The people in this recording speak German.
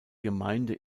gemeinde